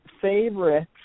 favorites